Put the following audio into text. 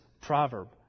proverb